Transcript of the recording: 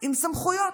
עם סמכויות".